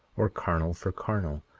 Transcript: or carnal for carnal,